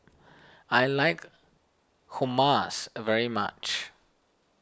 I like Hummus very much